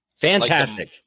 Fantastic